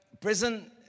prison